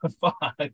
Fuck